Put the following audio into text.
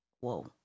whoa